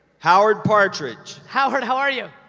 howard partridge. howard, how are you?